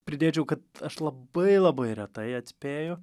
pridėčiau kad aš labai labai retai atspėju